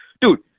Dude